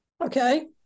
okay